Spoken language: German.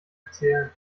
erzählen